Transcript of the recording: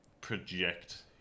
project